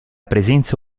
presenza